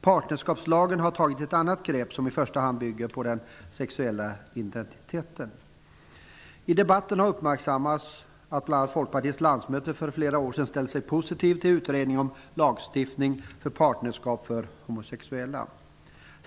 Partnerskapslagen har tagit ett annat grepp, som i första hand bygger på den sexuella identiteten. I debatten har uppmärksammats att Folkpartiets landsmöte för flera år sedan ställde sig positivt till en utredning om lagstiftning för partnerskap för homosexuella.